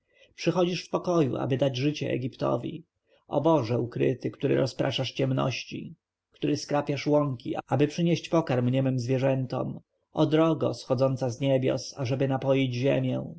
przychodzisz w pokoju aby dać życie egiptowi o boże ukryty który rozpraszasz ciemności który skrapiasz łąki aby przynieść pokarm niemym zwierzętom o drogo schodząca z niebios ażeby napoić ziemię